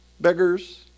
beggars